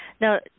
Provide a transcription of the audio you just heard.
Now